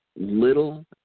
little